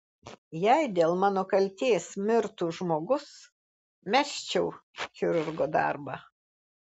jei dėl mano kaltės mirtų žmogus mesčiau chirurgo darbą